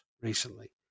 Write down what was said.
recently